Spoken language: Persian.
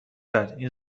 کرد، این